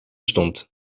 stond